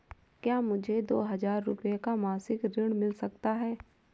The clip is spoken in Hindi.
क्या मुझे दो हजार रूपए का मासिक ऋण मिल सकता है?